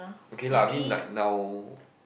okay lah I mean like now